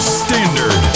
standard